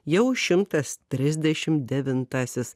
jau šimtas trisdešim devintasis